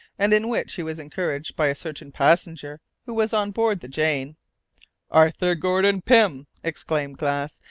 and in which he was encouraged by a certain passenger who was on board the jane arthur gordon pym, exclaimed glass,